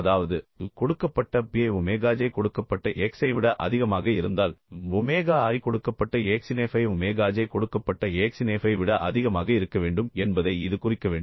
அதாவது கொடுக்கப்பட்ட p ஐ ஒமேகா j கொடுக்கப்பட்ட x ஐ விட அதிகமாக இருந்தால் ஒமேகா i கொடுக்கப்பட்ட x இன் f ஐ ஒமேகா j கொடுக்கப்பட்ட x இன் f ஐ விட அதிகமாக இருக்க வேண்டும் என்பதை இது குறிக்க வேண்டும்